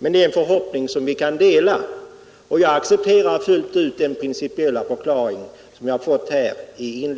Det är dock en förhoppning som vi kan dela, och jag accepterar fullt ut den principiella förklaring som jag fått här i